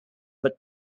but